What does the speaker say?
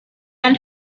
and